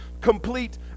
complete